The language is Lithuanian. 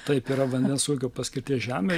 taip yra vandens ūkio paskirties žemė